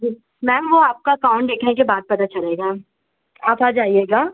जी ma'am वह आपका account देखने के बाद पता चलेगा आप आ जाइएगा